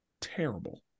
terrible